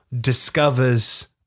discovers